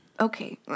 Okay